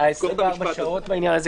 ה-24 שעות בעניין הזה.